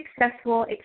successful